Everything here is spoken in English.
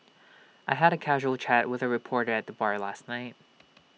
I had A casual chat with A reporter at the bar last night